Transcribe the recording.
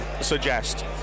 suggest